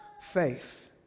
faith